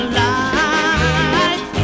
life